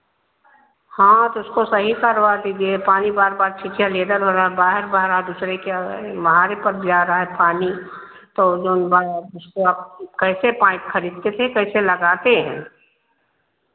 हाँ तो उसको सही करवा दीजिए पानी बार बार छिछल इधर उधर बाहर बाहर दूसरे के महारे पे जा रहा है पानी तो जोन बा उसको आप कैसे पाइप खरीद के फिर कैसे लगाते हैं